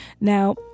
Now